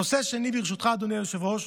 נושא שני, ברשותך, אדוני היושב-ראש,